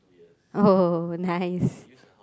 oh nice